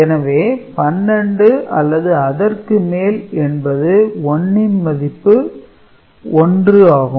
எனவே 12 அல்லது அதற்கு மேல் என்பது 1 ன் மதிப்பு 1 ஆகும்